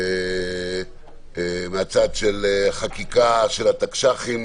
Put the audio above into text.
מהצד של חקיקה של התקש"חים